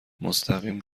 مستقیم